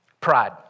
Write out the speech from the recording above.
Pride